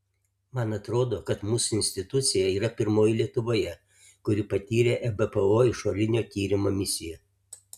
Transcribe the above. man atrodo kad mūsų institucija yra pirmoji lietuvoje kuri patyrė ebpo išorinio tyrimo misiją